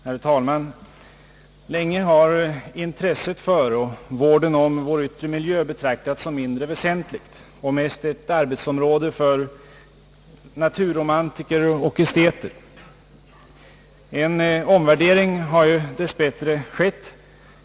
Herr talman! Länge har intresset för och vården om vår yttre miljö betraktats som någonting mindre väsentligt, mest som ett arbetsområde för naturromantiker och esteter. En omvärdering har dess bättre skett.